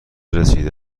رسیده